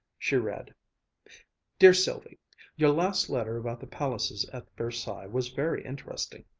she read dear sylvie your last letter about the palaces at versailles was very interesting.